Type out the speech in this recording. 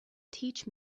teach